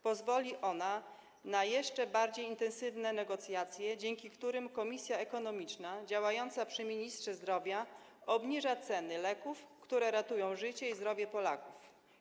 Pozwoli ona na jeszcze bardziej intensywne negocjacje, dzięki którym Komisja Ekonomiczna działająca przy ministrze zdrowia obniża ceny leków, które ratują życie i zdrowie Polaków.